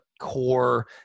core